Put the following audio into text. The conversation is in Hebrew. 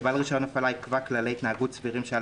שבעל רישיון הפעלה יקבע כללי התנהגות סבירים שעל